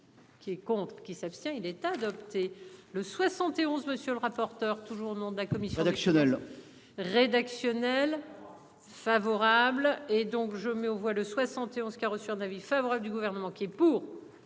Qui est compte qui s'abstient il est adopté le 71 monsieur le rapporteur, toujours au nom de la commission hoc. Rédactionnelle. Favorable et donc je mets aux voix le 71 qui a reçu un avis favorable du gouvernement. Qui est pour.